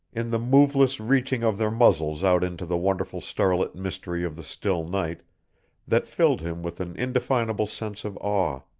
in the moveless reaching of their muzzles out into the wonderful starlit mystery of the still night that filled him with an indefinable sense of awe.